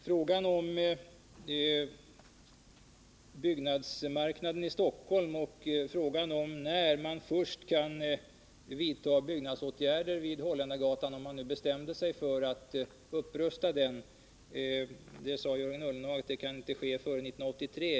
Jörgen Ullenhag sade att på grund av situationen på byggarbetsmarknaden i Stockholm kan en upprustning av enheten på Holländargatan inte ske före 1983.